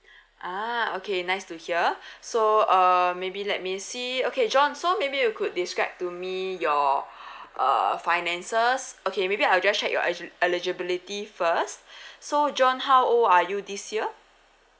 ah okay nice to hear so err maybe let me see okay john so maybe you could describe to me your err finances okay maybe I'll just check your eli~ eligibility first so john how old are you this year